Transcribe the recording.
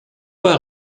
pas